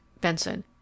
Benson